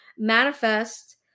manifest